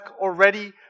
already